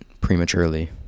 prematurely